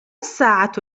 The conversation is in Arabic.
الساعة